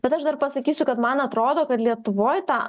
bet aš dar pasakysiu kad man atrodo kad lietuvoj ta